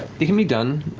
it can be done.